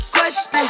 Question